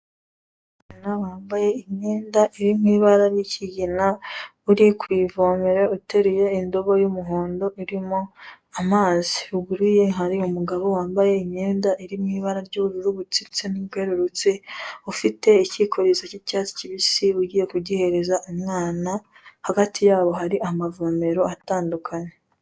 Umwana wambaye imyenda irimo ibara ry'ikigina, uri ku ivomero uteruye indobo y'umuhondo irimo amazi, ruguru ye hari umugabo wambaye imyenda irimo ibara ry'ubururu butsitse n'ubwerurutse, ufite ikikorezo cy'icyatsi kibisi ugiye kugihereza umwana, hagati yabo hari amavomero atandukanye.